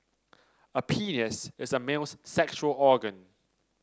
a penis is a male's sexual organ